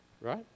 right